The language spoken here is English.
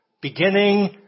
Beginning